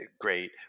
great